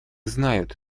знают